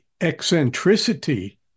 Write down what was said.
eccentricity